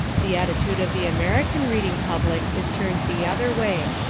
the attitude of the american reading public is turned the other way.